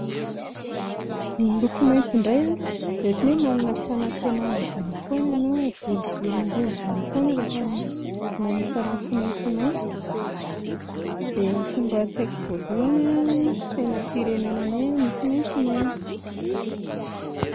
Ny loko maitso indray a, dia ohatran'ny hoe manana fanantenana izany foana ianao, velombelom-bolo izany foana rehefa mahita loko maitsomaitso, dia ny tonga ao an-tsaiko voalohany a, ny sainam-pirenenanay a misy maitsomaitso